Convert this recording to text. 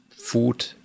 food